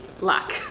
luck